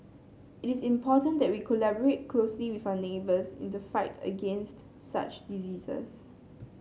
it is important that we collaborate closely with our neighbours in the fight against such diseases